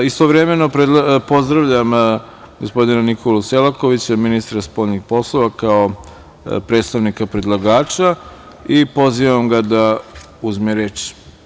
Istovremeno, pozdravljam gospodina Nikolu Selakovića, ministra spoljnih poslova kao predstavnika predlagača i pozivam ga da uzme reč.